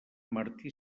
martí